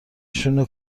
نشون